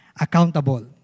accountable